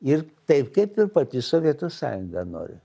ir taip kaip ir pati sovietų sąjunga nori